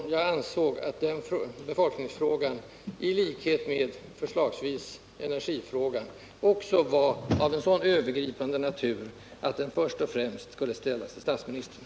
Jag ansåg att båda dessa angelägenheter var av sådan övergripande natur, att frågor om dessa i första hand skulle ställas till statsministern.